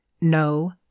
No